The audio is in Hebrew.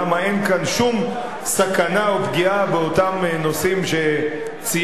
כאן שום סכנה או פגיעה באותם נושאים שציינתי,